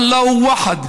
(אומר בערבית: אמור,